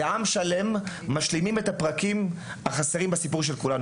זהו עם שלם שמשלים את הפרקים החסרים בסיפור של כולנו.